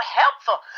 helpful